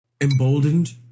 emboldened